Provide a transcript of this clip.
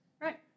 Right